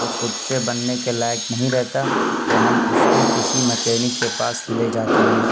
تو خود سے بننے کے لائق نہیں رہتا تو ہم اس کو کسی مکینک کے پاس لے جاتے ہیں